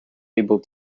able